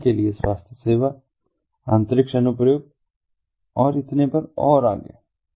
उदाहरण के लिए स्वास्थ्य सेवा अंतरिक्ष अनुप्रयोग और इतने पर और आगे